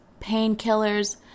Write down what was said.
painkillers